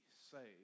saved